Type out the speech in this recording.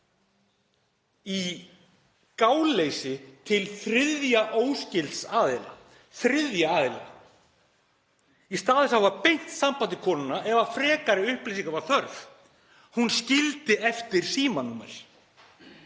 í gáleysi til þriðja óskylds aðila, þriðja aðila, í stað þess að hafa beint samband við konuna ef frekari upplýsinga var þörf. Hún skildi eftir símanúmer.